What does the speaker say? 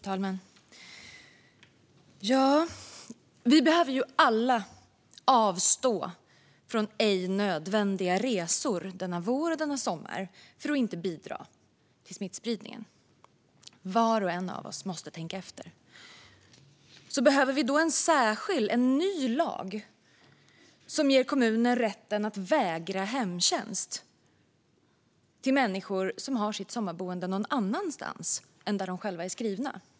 Fru talman! Vi behöver ju alla avstå från ej nödvändiga resor denna vår och sommar för att inte bidra till smittspridningen. Var och en av oss måste tänka efter. Behöver vi då en särskild ny lag som ger kommuner rätten att vägra hemtjänst till människor som har sitt sommarboende någon annanstans än där de själva är skrivna?